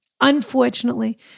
Unfortunately